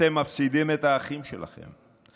אתם מפסידים את האחים שלכם,